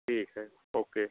ठीक है ओके